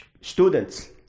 students